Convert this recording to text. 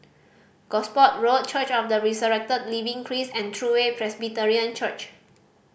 Gosport Road Church of the Resurrected Living Christ and True Way Presbyterian Church